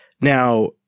Now